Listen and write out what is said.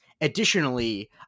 additionally